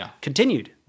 continued